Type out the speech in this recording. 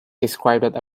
described